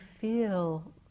feel